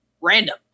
random